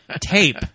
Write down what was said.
tape